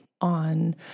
on